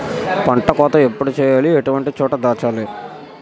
పంట కోత ఎప్పుడు చేయాలి? ఎటువంటి చోట దాచాలి?